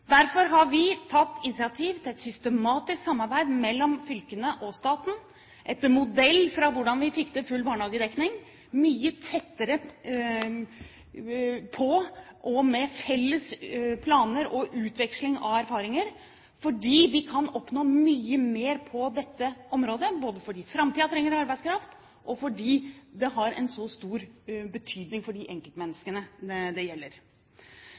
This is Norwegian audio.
Derfor har vi tatt initiativ til et systematisk samarbeid mellom fylkene og staten, etter modell av hvordan vi fikk til full barnehagedekning, mye tettere på og med felles planer og utveksling av erfaringer. Vi kan oppnå mye mer på dette området, både fordi framtiden trenger arbeidskraft, og fordi det har en så stor betydning for de enkeltmenneskene det gjelder. Det